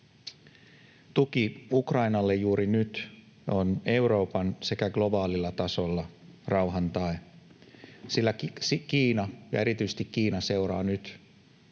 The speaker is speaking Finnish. Tuki Ukrainalle juuri nyt on sekä Euroopan että globaalilla tasolla rauhan tae, sillä erityisesti Kiina seuraa nyt,